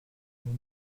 may